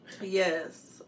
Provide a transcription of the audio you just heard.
Yes